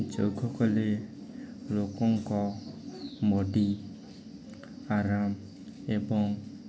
ଯୋଗ କଲେ ଲୋକଙ୍କ ବଡ଼ି ଆରାମ ଏବଂ